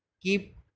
keep